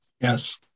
Yes